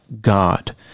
God